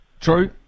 True